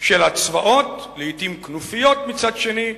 של הצבאות, לעתים כנופיות מצד שני,